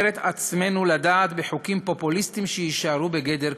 את עצמנו לדעת בחוקים פופוליסטיים שיישארו בגדר כותרות.